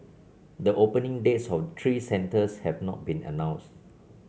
the opening dates of the three centres have not been announced